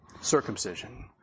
Circumcision